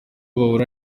bahura